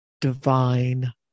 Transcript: Divine